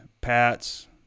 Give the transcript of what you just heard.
pats